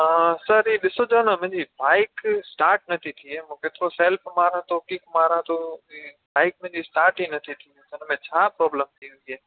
हा सर ही ॾिसिजो न मुंहिंजी बाईक स्टार्ट नथी थिए मूंखे सेल्फ़ मारां थो किक मारां थो बाईक मुंहिंजी स्टार्ट ई नथी थिए मतिलबु छा प्रॉब्लम थी वई आहे